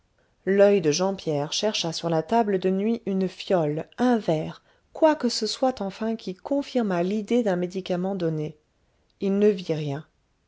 l'oeil de jean pierre chercha sur la table de nuit une fiole un verre quoi que ce soit enfin qui confirmât l'idée d'un médicament donné il ne vit rien